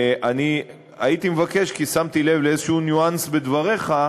ואני הייתי מבקש, כי שמתי לב לאיזה ניואנס בדבריך,